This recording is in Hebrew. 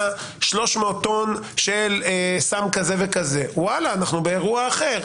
300 טון של סם כזה וכזה אנחנו באירוע אחר.